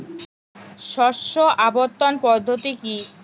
শস্য আবর্তন পদ্ধতি কি?